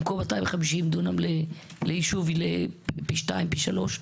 במקום 250 דונם ליישוב לפי שניים, פי שלושה?